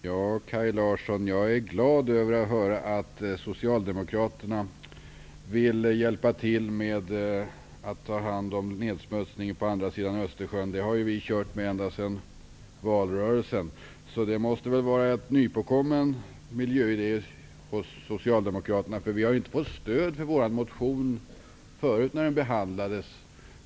Herr talman! Jag är glad över att höra, Kaj Larsson, att socialdemokraterna vill hjälpa till att ta hand om nedsmutsningen på andra sidan Östersjön. Det har vi ''kört med'' ända sedan valrörelsen. Detta måste väl vara en nypåkommen idé hos socialdemokraterna, för vi fick inte stöd för vår motion när den behandlades.